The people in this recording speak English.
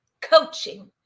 Coaching